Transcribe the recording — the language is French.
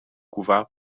couvert